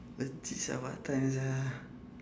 then this one what time is ah